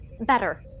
Better